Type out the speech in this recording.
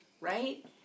Right